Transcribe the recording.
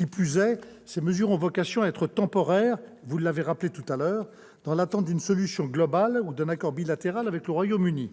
instants -, ces mesures ont vocation à être temporaires, dans l'attente d'une solution globale ou d'un accord bilatéral avec le Royaume-Uni.